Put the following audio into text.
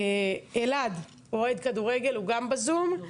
אלעד, אוהד כדורגל, הוא גם בזום.